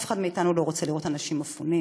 אף אחד מאתנו לא רוצה לראות אנשים מפונים,